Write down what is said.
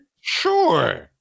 Sure